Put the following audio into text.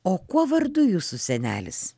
o kuo vardu jūsų senelis